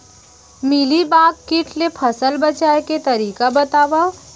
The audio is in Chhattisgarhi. मिलीबाग किट ले फसल बचाए के तरीका बतावव?